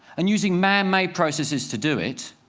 and using man-made processes to do it,